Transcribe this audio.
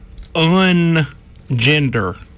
ungender